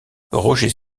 roger